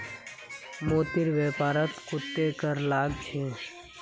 मोतीर व्यापारत कत्ते कर लाग छ